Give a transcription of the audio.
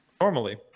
Normally